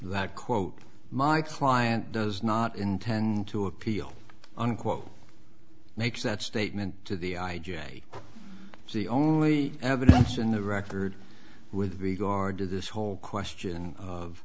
that quote my client does not intend to appeal unquote makes that statement to the i j a the only evidence in the record with regard to this whole question of